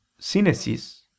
synesis